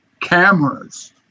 cameras